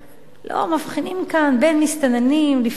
לא מבחינים כאן בין מסתננים לפליטים,